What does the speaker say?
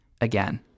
again